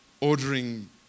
ordering